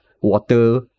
water